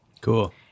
Cool